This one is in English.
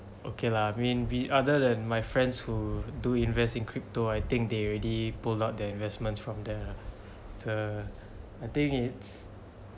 okay lah I mean we other than my friends who do invest in crypto I think they already pulled out their investments from there ah but I think it's